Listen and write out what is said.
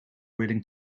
willing